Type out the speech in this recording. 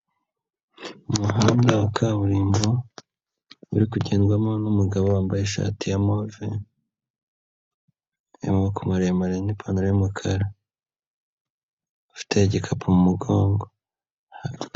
Umuhanda wa kaburimbo, uri kugendwamo n'umugabo wambaye ishati ya move y'amaboko maremare n'ipantaro y'umukara, ufite igikapu mu mugongo.